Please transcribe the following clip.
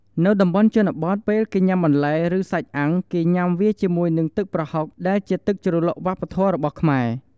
នៅតំបន់ជនបទ ពេលគេញុាំបន្លែ ឬសាច់អាំងគេញុាំវាជាមួយនឹងទឹកប្រហុក ដែលជាទឹកជ្រលក់វប្បធម៍របស់ខ្មែរ។